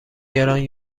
گران